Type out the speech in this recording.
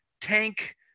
tank